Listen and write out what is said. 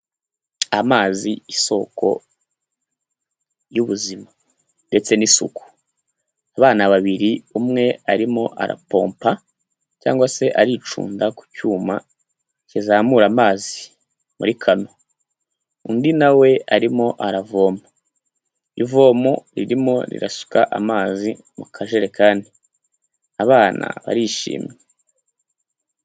Amazi isoko y'ubuzima ndetse n'isuku. Abana babiri umwe arimo arapompa cyangwa se aricunda ku cyuma kizamura amazi muri kano, undi na we arimo aravoma. Ivomo ririmo rirasuka amazi mu kajerekani, abana barishimye.